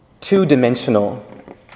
two-dimensional